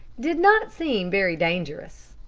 did not seem very dangerous.